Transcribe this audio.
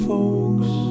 Folks